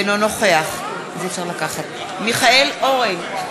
אינו נוכח מיכאל אורן,